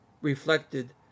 reflected